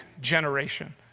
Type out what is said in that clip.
generation